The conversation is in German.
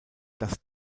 das